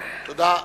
תודה.